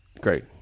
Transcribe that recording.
Great